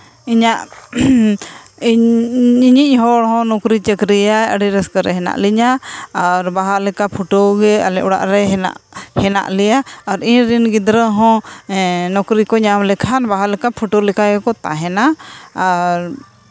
ᱤᱧᱟᱹᱜ ᱤᱧᱤᱧ ᱦᱚᱲ ᱦᱚᱸ ᱱᱚᱠᱨᱤᱼᱪᱟᱠᱨᱤᱭᱟᱭ ᱟᱹᱰᱤ ᱨᱟᱹᱥᱠᱟᱹ ᱨᱮ ᱦᱮᱱᱟᱜ ᱞᱤᱧᱟᱹ ᱟᱨ ᱵᱟᱦᱟ ᱞᱮᱠᱟ ᱯᱷᱩᱴᱟᱹᱣ ᱜᱮ ᱟᱞᱮ ᱚᱲᱟᱜ ᱨᱮ ᱦᱮᱱᱟᱜ ᱦᱮᱱᱟᱜ ᱞᱮᱭᱟ ᱟᱨ ᱤᱧ ᱨᱮᱱ ᱜᱤᱫᱽᱨᱟᱹ ᱦᱚᱸ ᱱᱚᱠᱨᱤ ᱠᱚ ᱧᱟᱢ ᱞᱮᱠᱷᱟᱱ ᱵᱟᱦᱟ ᱞᱮᱠᱟ ᱯᱷᱩᱴᱟᱹᱣ ᱞᱮᱠᱟ ᱜᱮᱠᱚ ᱛᱟᱦᱮᱱᱟ ᱟᱨ